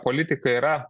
politika yra